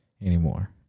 anymore